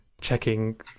checking